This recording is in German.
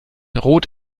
rot